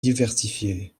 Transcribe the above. diversifiée